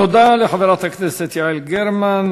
תודה לחברת הכנסת יעל גרמן.